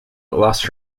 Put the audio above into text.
lost